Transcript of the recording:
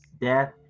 death